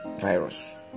virus